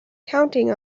counting